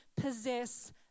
possess